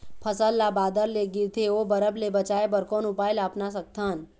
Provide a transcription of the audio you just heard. फसल ला बादर ले गिरथे ओ बरफ ले बचाए बर कोन उपाय ला अपना सकथन?